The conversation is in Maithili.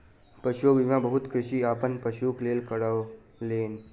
पशु बीमा बहुत कृषक अपन पशुक लेल करौलेन